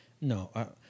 No